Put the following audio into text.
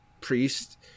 Priest